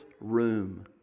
room